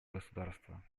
государства